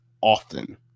often